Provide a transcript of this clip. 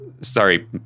Sorry